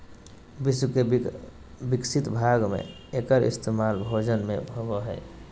विश्व के विकसित भाग में एकर इस्तेमाल भोजन में होबो हइ